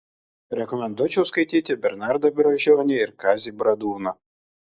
rekomenduočiau skaityti bernardą brazdžionį ir kazį bradūną